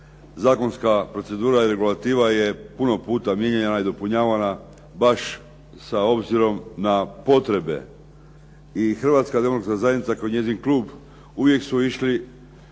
zakonska procedura i regulativa je puno puta mijenjana i nadopunjavana baš s obzirom na potrebe. I Hrvatska demokratska zajednica kao njezin klub uvijek su išli